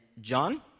John